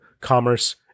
commerce